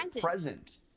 present